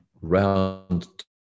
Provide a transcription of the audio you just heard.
round